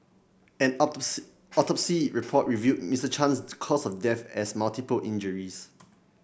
an autopsy report revealed Mister Chan's cause of death as multiple injuries